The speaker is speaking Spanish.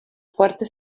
fuerte